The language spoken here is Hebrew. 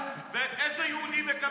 ואיזה יהודי מקבל,